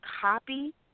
copy